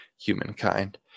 humankind